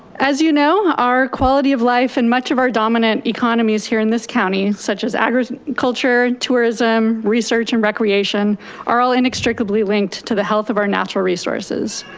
as you know, our quality of life and much of our dominant economy is here in this county, such as agriculture, tourism, research and recreation are all inextricably linked to the health of our natural resources.